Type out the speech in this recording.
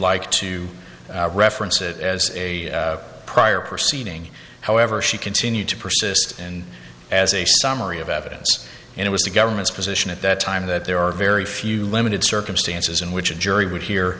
like to reference it as a prior proceeding however she continued to persist in as a summary of evidence and it was the government's position at that time that there are very few limited circumstances in which a jury would he